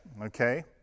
okay